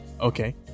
Okay